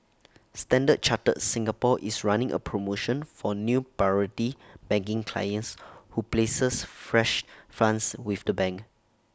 standard chartered Singapore is running A promotion for new priority banking clients who places fresh funds with the bank